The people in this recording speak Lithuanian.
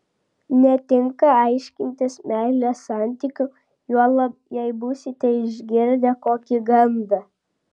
netinka aiškintis meilės santykių juolab jei būsite išgirdę kokį gandą